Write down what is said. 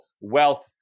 wealth